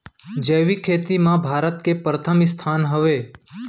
जैविक खेती मा भारत के परथम स्थान हवे